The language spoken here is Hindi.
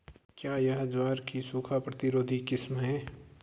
क्या यह ज्वार की सूखा प्रतिरोधी किस्म है?